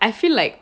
I feel like